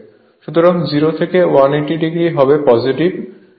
সুতরাং 0 থেকে 180o এটি হবে পজেটিভ